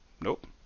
nope